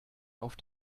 auf